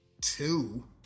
Two